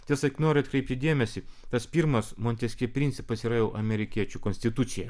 tiesiog noriu atkreipti dėmesį tas pirmas monteskjė principas yra jau amerikiečių konstitucijoje